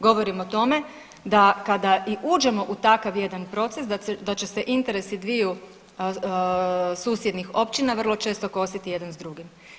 Govorim o tome da kada i uđemo u takav jedan proces da će se interesi dviju susjednih općina vrlo često kositi jedan s drugim.